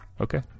Okay